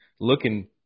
looking